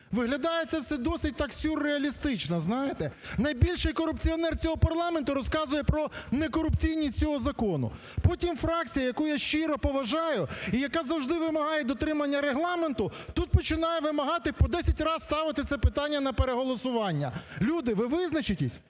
Виглядає це все досить так сюрреалістично, знаєте. Найбільший корупціонер цього парламенту розказує про некорупційність цього закону. Потім фракція, яку я щиро поважаю, і яка завжди вимагає дотримання Регламенту, тут починає вимагати по десять раз ставити це питання на переголосування. Люди, ви визначтеся,